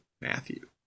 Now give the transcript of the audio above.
Matthew